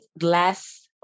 last